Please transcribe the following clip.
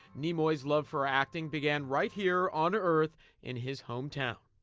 nimoy's love for acting began right here on earth in his hometown.